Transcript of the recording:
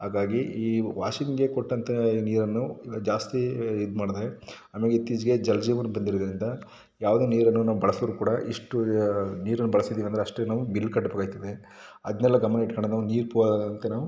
ಹಾಗಾಗಿ ಈ ವಾಷಿಂಗಿಗೆ ಕೊಟ್ಟಂತಹ ನೀರನ್ನು ಈವಾಗ ಜಾಸ್ತಿ ಇದ್ಮಾಡಿದ್ರೆ ನಮಗೆ ಇತ್ತೀಚೆಗೆ ಜಲ ಜೀವನ ಬಂದಿರೋದರಿಂದ ಯಾವುದು ನೀರನ್ನು ನಾವು ಬಳಸಿದರು ಕೂಡ ಇಷ್ಟು ನೀರನ್ನು ಬಳಸಿದ್ದೇವೆ ಅಂದರೆ ಅಷ್ಟೇ ನಾವು ಬಿಲ್ ಕಟ್ಟ ಬೇಕಾಗ್ತದೆ ಅದ್ನನೆಲ್ಲ ಗಮನ ಇಟ್ಕೊಂಡು ನಾವು ನೀರು ಪೋಲಾಗದಂತೆ ನಾವು